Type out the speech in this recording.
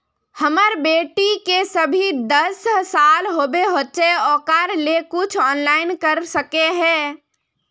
हमर बेटी के अभी दस साल होबे होचे ओकरा ले कुछ ऑनलाइन कर सके है?